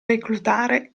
reclutare